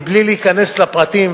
מבלי להיכנס לפרטים,